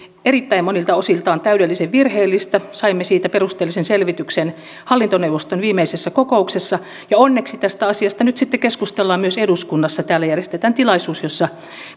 erittäin monilta osiltaan täydellisen virheellisiä saimme siitä perusteellisen selvityksen hallintoneuvoston viimeisessä kokouksessa ja onneksi tästä asiasta nyt sitten keskustellaan myös eduskunnassa täällä järjestetään tilaisuus jossa